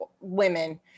women